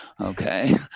okay